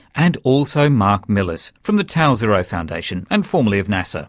and also marc millis from the tau zero foundation and formerly of nasa.